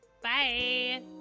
Bye